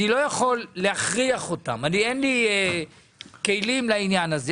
אבל אני לא יכול להכריח אותם; אין לי כלים לדבר הזה.